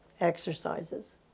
exercises